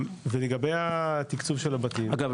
בזה ולגבי התקצוב של הבתים --- אגב,